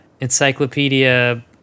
Encyclopedia